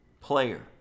player